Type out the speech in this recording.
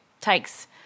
takes